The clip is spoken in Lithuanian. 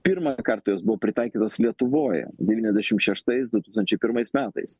pirmą kartą jos buvo pritaikytos lietuvoje devyniasdešimt šeštais du tūkstančiai pirmais metais